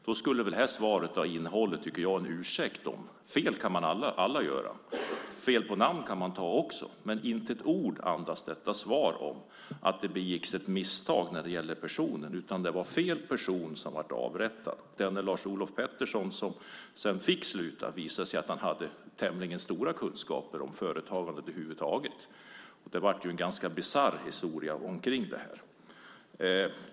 Då skulle väl det här svaret ha innehållit en ursäkt, tycker jag. Fel kan alla göra. Fel på namn kan man också ta. Men detta svar andas inte ett ord om att det begicks ett misstag när det gäller personen. Det var fel person som blev avrättad. Denne Lars-Olof Pettersson, som sedan fick sluta, visade sig ha tämligen stora kunskaper om företagande över huvud taget. Det blev en ganska bisarr historia kring det här.